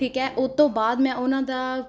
ਠੀਕ ਹੈ ਉਹ ਤੋਂ ਬਾਅਦ ਮੈਂ ਉਹਨਾਂ ਦਾ